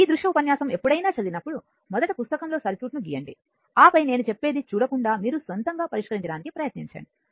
ఈ దృశ్య ఉపన్యాసం ఎప్పుడైనా చదివినప్పుడు మొదట పుస్తకంలో సర్క్యూట్ను గీయండి ఆపై నేను చెప్పేది చూడకుండా మీరు సొంతంగా పరిష్కరించడానికి ప్రయత్నించండి